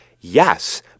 yes